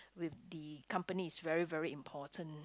with the company is very very important